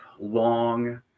long